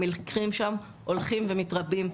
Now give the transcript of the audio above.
המקרים שם הולכים ומתרבים.